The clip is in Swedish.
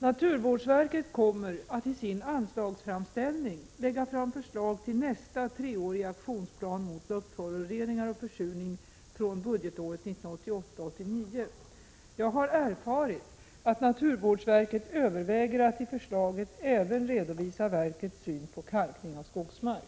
Naturvårdsverket kommer att i sin anslagsframställning lägga fram förslag till nästa treåriga aktionsplan mot luftföroreningar och försurning från budgetåret 1988/89. Jag har erfarit att naturvårdsverket överväger att i förslaget även redovisa verkets syn på kalkning av skogsmark.